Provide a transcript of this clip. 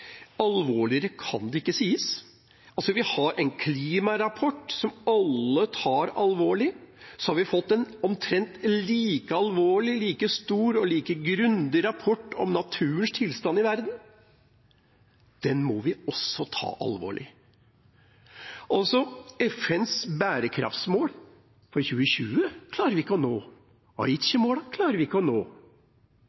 Alvorligere kan det ikke sies. Vi har en klimarapport, som alle tar alvorlig. Nå har vi fått en omtrent like alvorlig, like stor og like grundig rapport om naturens tilstand i verden. Den må vi også ta på alvor. FNs bærekraftsmål for 2020 klarer vi ikke å nå.